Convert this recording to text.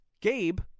Gabe